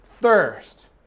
thirst